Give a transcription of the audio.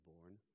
born